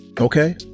okay